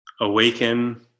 awaken